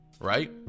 right